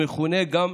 המכונה גם,